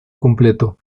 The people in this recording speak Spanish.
completo